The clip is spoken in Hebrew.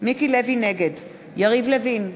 נגד יריב לוין,